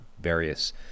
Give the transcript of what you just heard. various